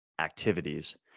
activities